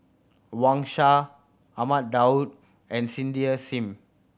Wang Sha Ahmad Daud and Cindy Sim